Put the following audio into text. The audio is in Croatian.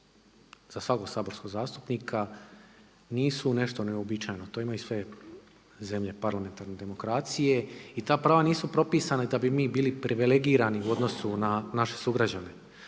za svakog saborskog zastupnika nisu nešto neuobičajeno. To imaju sve zemlje parlamentarne demokracije i ta prava nisu propisana da bi mi bili privilegirani u odnosu na naše sugrađane,